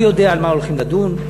אני יודע על מה הולכים לדון,